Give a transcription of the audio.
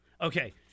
Okay